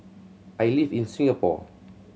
I live in Singapore